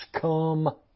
come